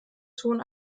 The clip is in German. ton